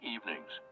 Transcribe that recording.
Evenings